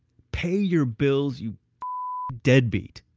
pay your bills, you deadbeat.